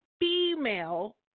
female